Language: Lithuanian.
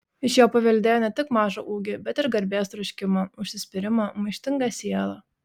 iš jo paveldėjo ne tik mažą ūgį bet ir garbės troškimą užsispyrimą maištingą sielą